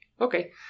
Okay